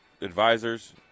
advisors